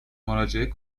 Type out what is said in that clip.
مراجعه